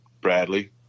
Bradley